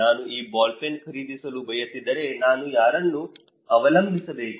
ನಾನು ಈ ball pen ಖರೀದಿಸಲು ಬಯಸಿದರೆ ನಾನು ಯಾರನ್ನು ಅವಲಂಬಿಸಬೇಕು